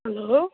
hello